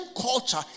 culture